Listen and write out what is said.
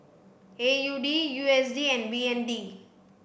A U D U S D and B N D